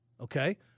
Okay